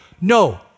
No